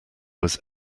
was